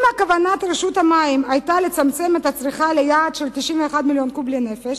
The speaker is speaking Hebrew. אם כוונת רשות המים היתה לצמצם את הצריכה ליעד של 91 מיליון קוב לנפש,